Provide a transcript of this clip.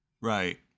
Right